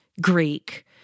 Greek